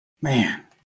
Man